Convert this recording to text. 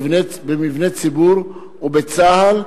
במבני ציבור ובצה"ל,